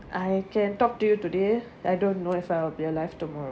I can talk to you today I don't know if I'll be alive tomorrow